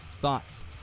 Thoughts